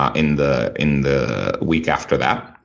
ah in the in the week after that.